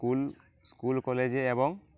school school কলেজে এবং